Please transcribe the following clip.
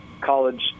college